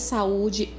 Saúde